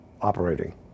operating